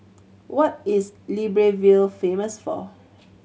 what is Libreville famous for